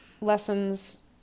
lessons